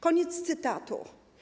Koniec cytatu.